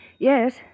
Yes